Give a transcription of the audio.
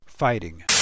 Fighting